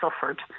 suffered